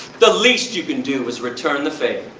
the least you can do is return the favor.